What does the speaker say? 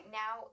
now